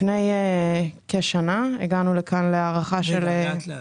לפני כשנה הגענו לכאן להארכה --- רגע, לאט-לאט.